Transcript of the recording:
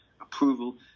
approval